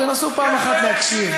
תנסו פעם אחת להקשיב.